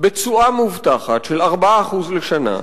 בתשואה מובטחת של 4% לשנה,